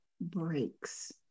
breaks